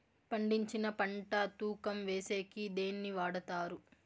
పండించిన పంట తూకం వేసేకి దేన్ని వాడతారు?